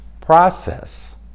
process